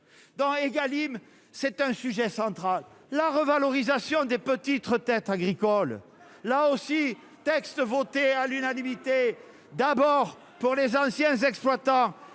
dont Egalim c'est un sujet central, la revalorisation des petites retraites agricoles, là aussi, texte voté à l'unanimité d'abord pour les anciens exploitants